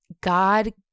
god